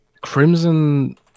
Crimson